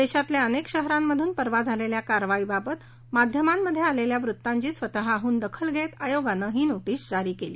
देशातल्या अनेक शहरांमधून परवा झालेल्या या कारवाईबाबत माध्यमांमध्ये आलेल्या वृत्तांची स्वतहन दखल घेत आयोगानं ही नोटीस जारी केली